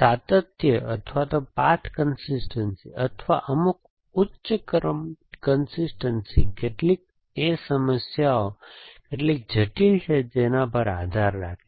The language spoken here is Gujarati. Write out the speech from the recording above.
સાતત્ય અથવા પાથ કન્સિસ્ટનસી અથવા અમુક ઉચ્ચ ક્રમ કન્સિસ્ટનસી કેટલી એ સમસ્યા કેટલી જટિલ છે તેના પર આધાર રાખે છે